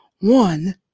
one